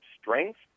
strength